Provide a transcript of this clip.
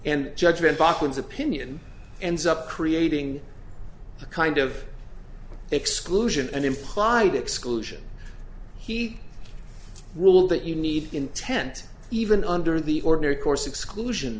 and judgment bachmann's opinion and up creating a kind of exclusion and implied exclusion he ruled that you need intent even under the ordinary course exclusion